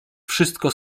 wszystko